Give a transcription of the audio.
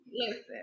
listen